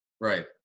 Right